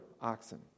oxen